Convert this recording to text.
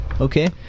Okay